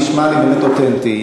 נשמע לי באמת אותנטי,